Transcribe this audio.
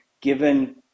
given